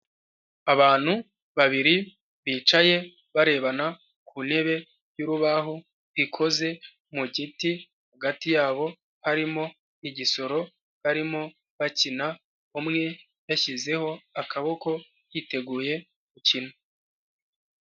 Abantu babiri bicaye barebana ku ntebe y'urubaho ikoze mu giti hagati yabo harimo igisoro barimo bakina, umwe yashyizeho akaboko yiteguye gukina.